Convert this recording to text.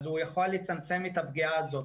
אז הוא יכול לצמצם את הפגיעה הזאת.